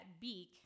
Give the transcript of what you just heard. beak